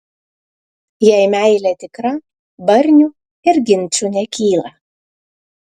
jei meilė tikra barnių ir ginčų nekyla